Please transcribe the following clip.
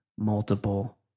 multiple